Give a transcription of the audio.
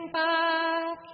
back